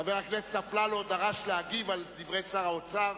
חבר הכנסת אפללו דרש להגיב על דברי שר האוצר.